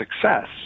success